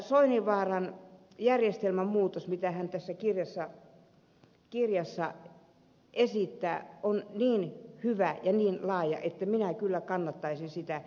tämä järjestelmän muutos mitä soininvaara kirjassaan esittää on niin hyvä ja niin laaja että minä kyllä kannattaisin sitä